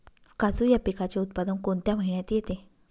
काजू या पिकाचे उत्पादन कोणत्या महिन्यात येते?